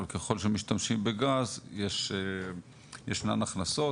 אבל ככל שמשתמשים בגז ישנן הכנסות,